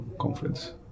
conference